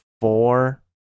four